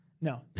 No